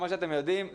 כמו שאתם יודעים,